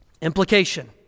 Implication